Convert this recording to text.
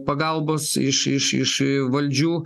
pagalbos iš iš iš valdžių